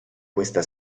questa